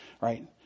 Right